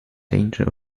danger